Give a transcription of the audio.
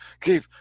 keep